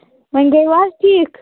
وۅنۍ گٔیوٕ حظ ٹھیٖک